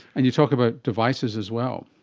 and you talk about devices as well?